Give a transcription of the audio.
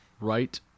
Right